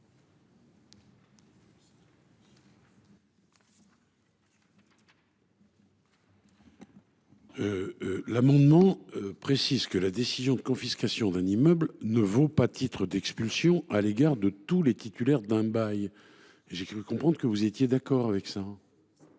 l’amendement précisent que la décision de confiscation d’un immeuble ne vaut pas titre d’expulsion à l’égard de tous les titulaires d’un bail. J’ai cru comprendre que vous étiez d’accord avec